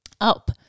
up